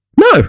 No